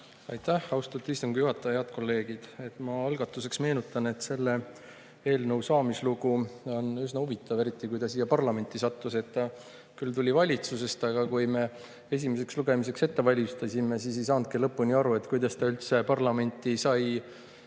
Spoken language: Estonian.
Aitäh, austatud istungi juhataja! Head kolleegid! Ma algatuseks meenutan, et selle eelnõu saamislugu on üsna huvitav, eriti see, kuidas ta siia parlamenti sattus. See küll tuli valitsusest, aga kui me seda esimeseks lugemiseks ette valmistasime, siis ei saanudki lõpuni aru, kuidas see eelnõu üldse parlamendini